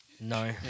No